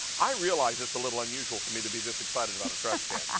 i realize it's a little unusual for me to be this excited about a trash can,